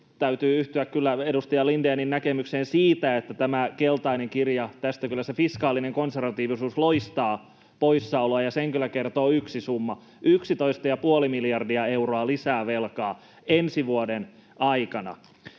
Täytyy yhtyä kyllä edustaja Lindénin näkemykseen siitä, että tästä keltaisesta kirjasta kyllä se fiskaalinen konservatiivisuus loistaa poissaolollaan, ja sen kyllä kertoo yksi summa: 11,5 miljardia euroa lisää velkaa ensi vuoden aikana.